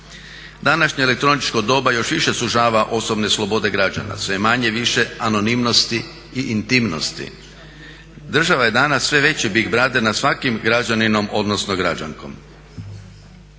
Današnje elektroničko doba još više sužava osobne slobode građana, sve je manje-više anonimnosti i intimnosti. Država je danas sve veći big brother, nad svakim građaninom odnosno građankom.